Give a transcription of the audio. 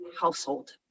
household